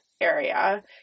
area